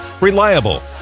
reliable